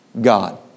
God